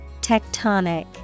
Tectonic